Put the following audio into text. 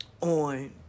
on